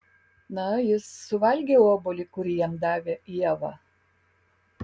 na jis suvalgė obuolį kurį jam davė ieva